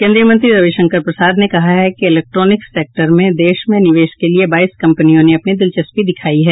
केंद्रीय मंत्री रविशंकर प्रसाद ने कहा है कि इलेक्ट्रोनिक्स सेक्टर में देश में निवेश के लिये बाईस कंपनियों ने अपनी दिलचस्पी दिखाई है